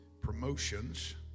promotions